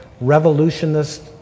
revolutionist